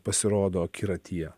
pasirodo akiratyje